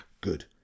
good